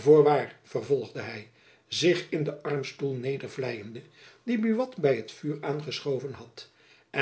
voorwaar vervolgde hy zich in den armstoel nedervlijende dien buat by t vuur aangeschoven had